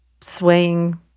swaying